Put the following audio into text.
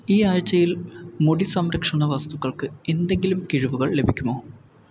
ഈ ആഴ്ചയിൽ മുടി സംരക്ഷണ വസ്തുക്കൾക്ക് എന്തെങ്കിലും കിഴിവുകൾ ലഭിക്കുമോ